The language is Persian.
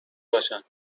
باشم